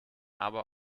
aber